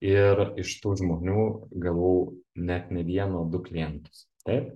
ir iš tų žmonių gavau net ne vieną o du klientus taip